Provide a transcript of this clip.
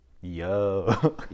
yo